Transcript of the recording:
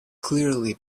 clearly